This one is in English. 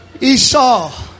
Esau